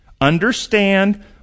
Understand